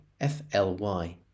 F-L-Y